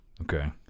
Okay